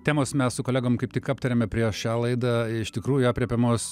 temos mes su kolegom kaip tik aptarėme prieš šią laidą iš tikrųjų aprėpiamos